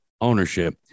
ownership